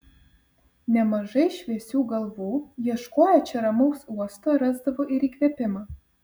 nemažai šviesių galvų ieškoję čia ramaus uosto rasdavo ir įkvėpimą